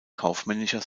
kaufmännischer